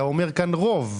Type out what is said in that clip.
אתה אומר כאן "רוב",